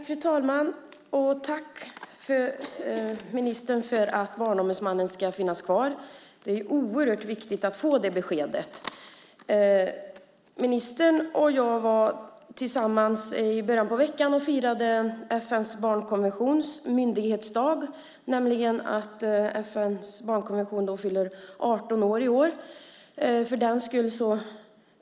Fru talman! Tack, ministern, för att Barnombudsmannen ska finnas kvar. Det är oerhört viktigt att få det beskedet. Ministern och jag var tillsammans i början av veckan och firade FN:s barnkonventions myndighetsdag, nämligen att FN:s barnkonvention fyller 18 år i år.